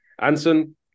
anson